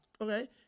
okay